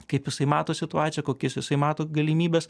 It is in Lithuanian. kaip jisai mato situaciją kokias jisai mato galimybes